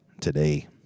today